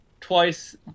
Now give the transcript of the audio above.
twice